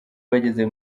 bageze